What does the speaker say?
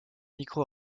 micro